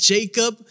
Jacob